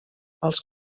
els